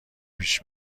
پیش